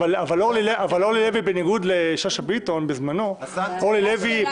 אבל אורלי לוי בניגוד לשאשא ביטון בזמנו --- זאת הסנקציה היחידה.